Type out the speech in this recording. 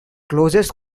closest